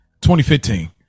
2015